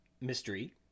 mystery